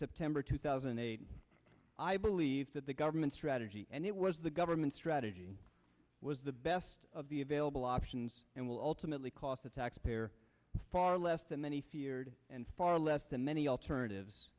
september two thousand and eight i believe that the government strategy and it was the government's strategy was the best of the available options and will ultimately cost the taxpayer far less than that he feared and far less than many alternatives